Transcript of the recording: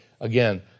again